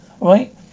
Right